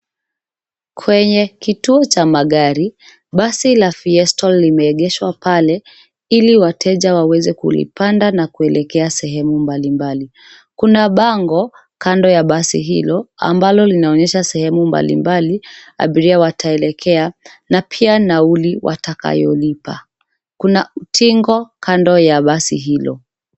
Kwenye kituo cha magari basi la Festal limeegeshwa pale ili wateja waweze kulipanda na kuelekea sehemu mbalimbali. Kuna bango kando ya basi hilo ambalo linaonesha sehemu mbalimbali abiria wataelekea na pia nauli watakayolipa. Kuna utingo kando ya basi hilo.